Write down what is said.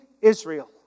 Israel